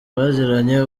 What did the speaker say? bagiranye